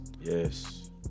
Yes